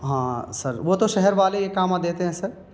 ہاں سر وہ تو شہر والے یہ اقامہ دیتے ہیں سر